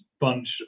bunch